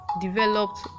developed